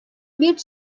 bir